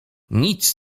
nic